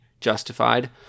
justified